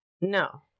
No